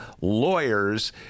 lawyers